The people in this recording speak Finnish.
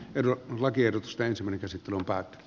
ero lakiehdotusten selvitysittelun päät